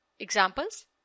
Examples